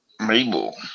Mabel